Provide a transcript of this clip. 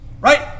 right